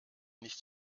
nicht